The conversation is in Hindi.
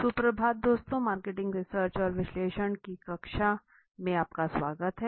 सुप्रभात दोस्तों मार्केटिंग रिसर्च और विश्लेषण की कक्षा में आपका स्वागत है